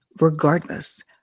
regardless